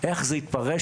איך זה התפרש?